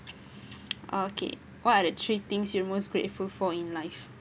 okay what are the three things you most grateful for in life